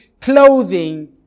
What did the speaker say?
clothing